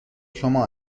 شما